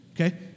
Okay